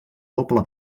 doble